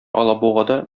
алабугада